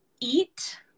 eat